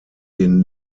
den